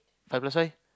five plus five